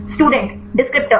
student descriptor